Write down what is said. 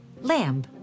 lamb